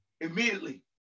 immediately